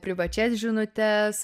privačias žinutes